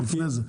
לא,